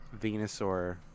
Venusaur